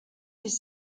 his